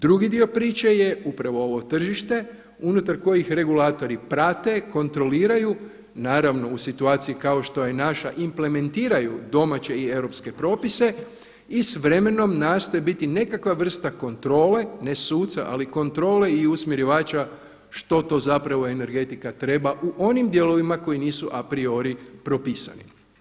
Drugi dio priče je upravo ovo tržište unutar kojih regulatori prate, kontroliraju, naravno u situaciji kao što je naša implementiraju domaće i europske propise i s vremenom nastoje biti nekakva vrsta kontrole, ne suca ali kontrole i usmjerivača što to zapravo energetika treba u onim dijelovima koji nisu a priori propisani.